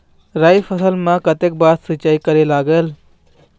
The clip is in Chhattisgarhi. राई फसल मा कतक बार सिचाई करेक लागेल?